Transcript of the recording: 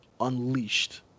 unleashed